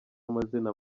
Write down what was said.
amazina